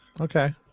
Okay